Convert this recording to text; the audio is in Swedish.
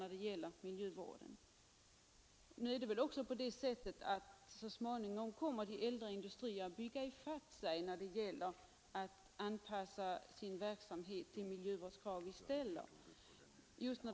Nu är det väl också på det sättet att de äldre industrierna så småningom kommer att bygga i fatt sig och anpassa sin verksamhet till de miljövårdskrav som uppställs.